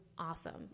Awesome